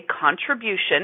contribution